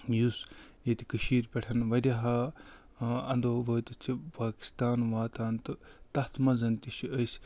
یُس ییٚتہِ کٔشیٖرِ پٮ۪ٹھ واریاہ انٛدو وٲتِتھ چھِ پاکِستان واتان تہٕ تَتھ منٛز تہِ چھِ أسۍ